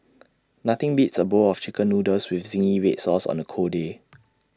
nothing beats A bowl of Chicken Noodles with Zingy Red Sauce on A cold day